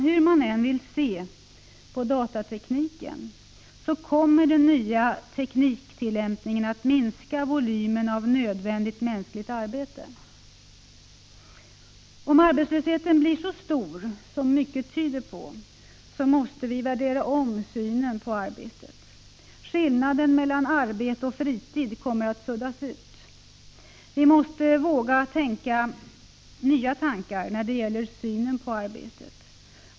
Hur man än vill se på datatekniken kommer den nya tekniktillämpningen att minska volymen av nödvändigt mänskligt arbete. Om arbetslösheten blir så stor som mycket tyder på måste vi värdera om synen på arbetet. Skillnaden mellan arbete och fritid kommer att suddas ut. Vi måste våga tänka i nya banor när det gäller synen på arbetet.